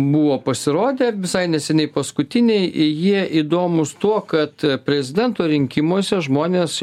buvo pasirodę visai neseniai paskutiniai jie įdomūs tuo kad prezidento rinkimuose žmonės